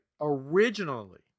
Originally